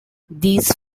these